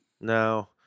No